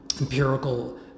empirical